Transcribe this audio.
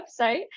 website